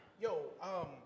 yo